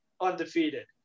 undefeated